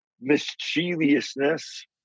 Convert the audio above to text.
mischievousness